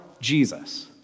Jesus